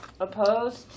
Opposed